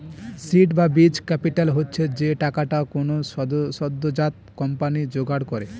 seed বা বীজ capital হচ্ছে যে টাকাটা কোনো সদ্যোজাত কোম্পানি জোগাড় করে